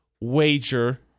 wager